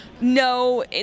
no